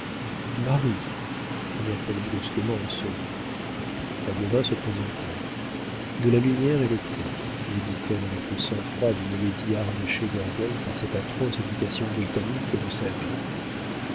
marie cria-t-elle brusquement en sonnant la gobain se présenta de la lumière et le thé lui dit-elle avec le sang-froid d'une lady harnachée d'orgueil par cette atroce éducation britannique que vous savez